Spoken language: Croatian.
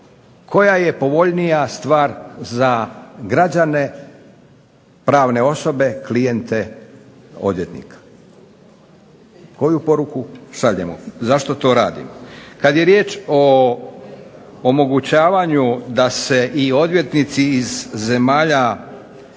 koja je povoljnija stvar za građane, pravne osobe, klijente, odvjetnika. Koju poruku šaljemo, zašto to radimo? Kada je riječ o omogućavanju da se odvjetnici iz zemalja